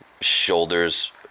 shoulders